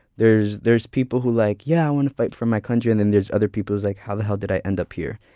there's there's people who are like, yeah, i want to fight for my country. and then there's other people like, how the hell did i end up here?